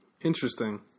Interesting